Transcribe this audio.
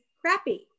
crappy